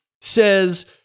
says